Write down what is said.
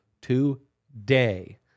today